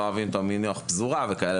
יש כאלה שלא אוהבים את המונח פזורה וכאלה